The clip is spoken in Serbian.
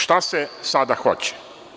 Šta se sada hoće?